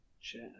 Sure